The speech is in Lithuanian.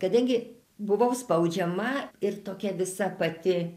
kadangi buvau spaudžiama ir tokia visa pati